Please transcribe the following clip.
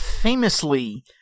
Famously